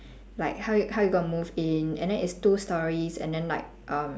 like how you how you going to move in and then it's two storeys and then like uh